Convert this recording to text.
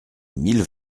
mille